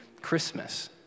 Christmas